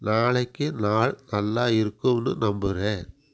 நாளைக்கு நாள் நல்லா இருக்கும்னு நம்புகிறேன்